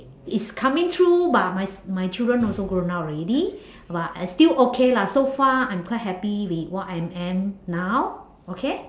it's coming true but my my children also grown up already but I still okay lah so far I'm quite happy with what I'm am now okay